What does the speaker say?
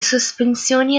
sospensioni